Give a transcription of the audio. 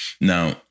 Now